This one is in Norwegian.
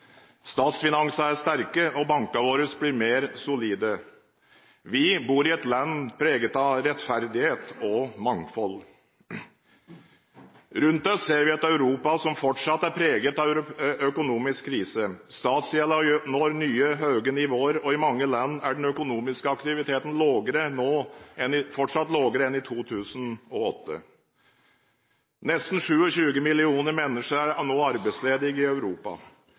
er sterke, og bankene våre blir mer solide. Vi bor i et land preget av rettferdighet og mangfold. Rundt oss ser vi et Europa som fortsatt er preget av økonomisk krise. Statsgjelden når nye, høye nivåer, og i mange land er den økonomiske aktiviteten fortsatt lavere enn i 2008. Nesten 27 millioner mennesker er nå arbeidsledige i Europa.